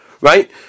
Right